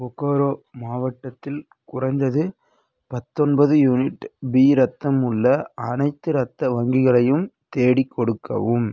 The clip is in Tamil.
பொகோரோ மாவட்டத்தில் குறைந்தது பத்தொன்பது யூனிட் பி இரத்தம் உள்ள அனைத்து இரத்த வங்கிகளையும் தேடிக் கொடுக்கவும்